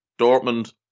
Dortmund